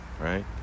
right